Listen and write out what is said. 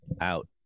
out